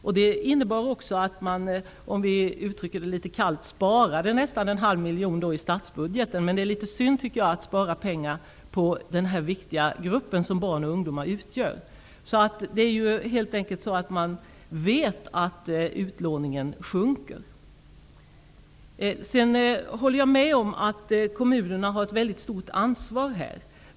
Beslutet innebar också att vi -- om vi uttrycker det litet kallt -- sparade nästan en halv miljon i statsbudgeten. Jag tycker emellertid att det är litet synd att spara pengar på den viktiga grupp som barn och ungdomar utgör. Det är alltså helt enkelt så att man vet att utlåningen sjunker. Jag håller med om att kommunerna här har ett mycket stort ansvar.